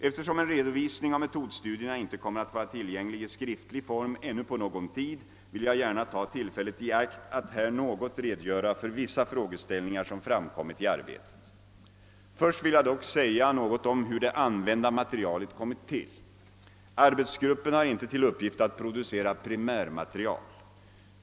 Eftersom en redovisning av metodstudierna inte kommer att vara tillgänglig i skriftlig form ännu på någon tid, vill jag gärna ta tillfället i akt att här något redogöra för vissa frågeställningar som framkommit i arbetet. Först vill jag dock säga något om hur det använda materialet kommit till. Arbetsgruppen har inte till uppgift att producera primärmaterial.